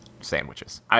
sandwiches